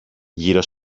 γύρω